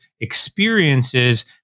experiences